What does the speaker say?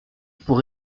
pour